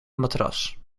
matras